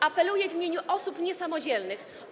Apeluję w imieniu osób niesamodzielnych.